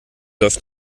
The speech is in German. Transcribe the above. läuft